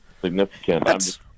significant